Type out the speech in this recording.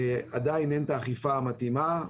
עדיין אין את האכיפה המתאימה,